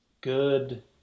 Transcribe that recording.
good